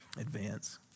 advance